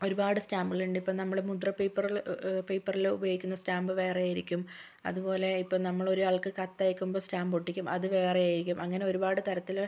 ഒരുപാട് സ്റ്റാമ്പുകൾ ഉണ്ട് ഇപ്പോൾ നമ്മൾ മുദ്ര പേപ്പർ പേപ്പറിലോ ഉപയോഗിക്കുന്ന സ്റ്റാമ്പ് വേറെ ആയിരിക്കും അതുപോലെ ഇപ്പം നമ്മൾ ഒരാൾക്ക് കത്ത് അയക്കുമ്പം സ്റ്റാമ്പ് ഒട്ടിക്കും അത് വേറെ ആയിരിക്കും അങ്ങനെ ഒരുപാട് തരത്തിൽ